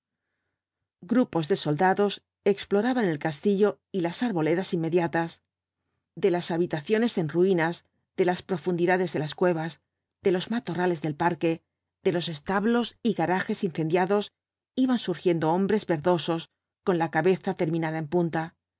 grupos de soldados exploraban el castillo y las arboledas inmediatas de las habitaciones en ruinas de las profundidades de las cuevas de los matorrales del paripé de los establos y garages incendiados iban surgiendo hombres verdosos con la cabeza terminada en punta